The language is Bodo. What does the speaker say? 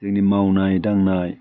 जोंनि मावनाय दांनाय